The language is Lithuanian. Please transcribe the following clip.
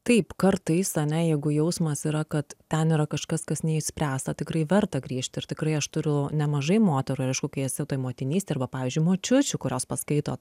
taip kartais ane jeigu jausmas yra kad ten yra kažkas kas neišspręsta tikrai verta grįžt ir tikrai aš turiu nemažai moterų ir aišku kai esi toj motinystėj arba pavyzdžiui močiučių kurios paskaito